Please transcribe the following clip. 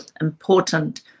important